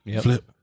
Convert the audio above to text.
Flip